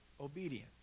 obedient